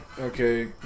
okay